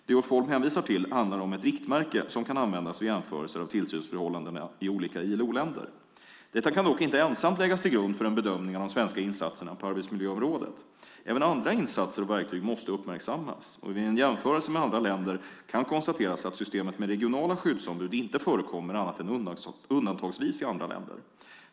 Det Ulf Holm hänvisar till handlar om ett riktmärke som kan användas vid jämförelser av tillsynsförhållandena i olika ILO-länder. Detta kan dock inte ensamt läggas till grund för en bedömning av de svenska insatserna på arbetsmiljöområdet. Även andra insatser och verktyg måste uppmärksammas. Vid en jämförelse med andra länder kan konstateras att systemet med regionala skyddsombud inte förekommer annat än undantagsvis i andra länder.